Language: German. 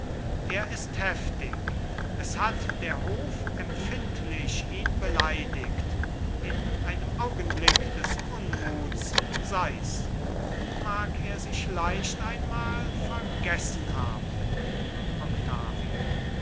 er ist heftig es hat der hof empfindlich ihn beleidigt in einem augenblick des unmuts seis mag er sich leicht einmal vergessen haben octavio